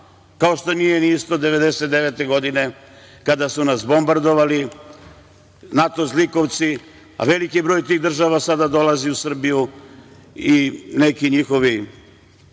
kao što nije isto ni 1999. godine, kada su nas bombardovali NATO zlikovci, a veliki broj tih država sada dolazi u Srbiju i neki njihovi